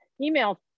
email